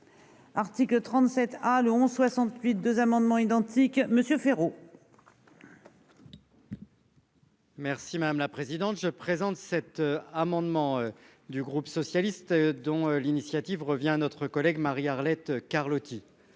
Article 37. Ah le 11 68 2 amendements identiques Monsieur Féraud. Merci madame la présidente, je présente cet amendement du groupe socialiste, dont l'initiative revient à notre collègue Marie-Arlette Carlotti